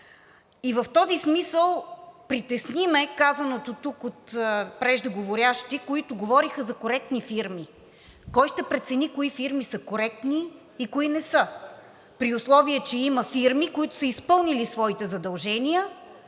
И в този смисъл притесни ме казаното тук от преждеговорящи, които говореха за коректни фирми. Кой ще прецени кои фирми са коректни и кои не са, при условие че има фирми, които са изпълнили своите задължения,